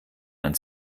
ein